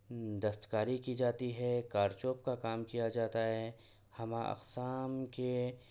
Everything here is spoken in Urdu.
دست کاری کی جاتی ہے کار چوب کا کام کیا جاتا ہے ہمہ اقسام کے